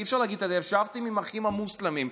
אי-אפשר להגיד: אתם ישבתם עם האחים המוסלמים,